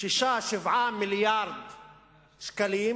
7-6 מיליארדי שקלים,